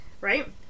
right